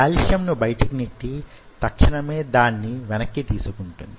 కాల్షియంను బయటకి నెట్టి తక్షణమే దాన్ని వెనక్కు తీసుకుంటుంది